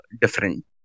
different